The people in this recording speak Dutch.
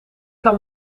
kan